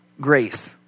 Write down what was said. grace